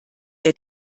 der